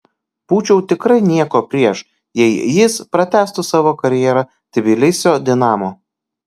būčiau tikrai nieko prieš jei jis pratęstų savo karjerą tbilisio dinamo